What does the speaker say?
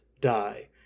die